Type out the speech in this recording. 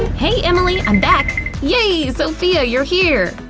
hey emily! i'm back! yay! sophia, you're here!